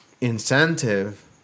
incentive